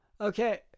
Okay